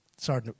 Sorry